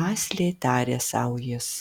mąsliai tarė sau jis